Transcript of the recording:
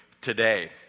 today